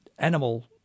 animal